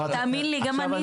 תאמין לי, גם אני סופרת אותם.